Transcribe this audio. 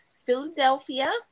Philadelphia